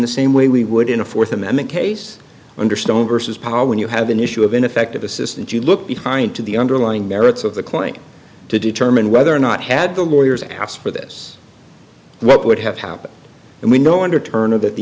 the same way we would in a fourth amendment case under stone versus paul when you have an issue of ineffective assistance you look behind to the underlying merits of the claim to determine whether or not had the lawyers asked for this what would have happened and we know under turner that the